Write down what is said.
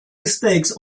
mistakes